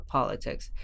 politics